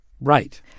right